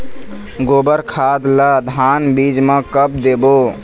गोबर खाद ला धान बीज म कब देबो?